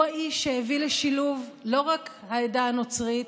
הוא האיש שהביא לשילוב לא רק של העדה הנוצרית,